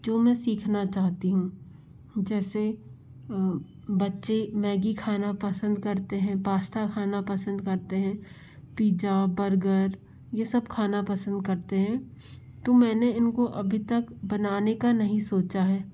जो मैं सीखना चाहती हूँ जैसे बच्चे मैगी खाना पसन्द करते हैं पास्ता खाना पसन्द करते हैं पिज्जा बर्गर ये सब खाना पसन्द करते हैं तो मैंने इनको अभी तक बनाने का नहीं सोच है